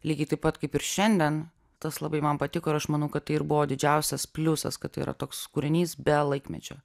lygiai taip pat kaip ir šiandien tas labai man patiko ir aš manau kad tai ir buvo didžiausias pliusas kad tai yra toks kūrinys be laikmečio